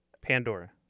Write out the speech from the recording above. Pandora